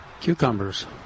cucumbers